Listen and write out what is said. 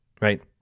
right